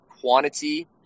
quantity